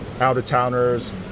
out-of-towners